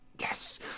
Yes